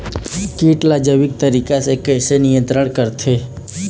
कीट ला जैविक तरीका से कैसे नियंत्रण करथे?